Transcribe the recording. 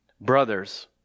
Brothers